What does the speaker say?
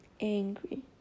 angry